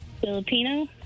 Filipino